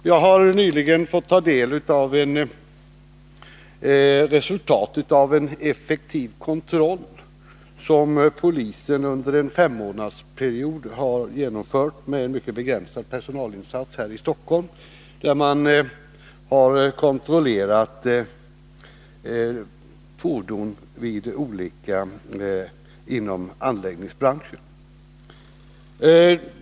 Jag har nyligen fått ta del av resultatet av en effektiv kontroll som polisen under en femmånadersperiod har genomfört med mycket begränsad personalinsats här i Stockholm, där man har kontrollerat fordon inom anläggningsbranschen.